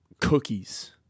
cookies